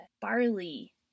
barley